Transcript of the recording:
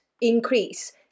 increase